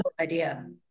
idea